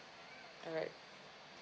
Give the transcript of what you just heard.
alright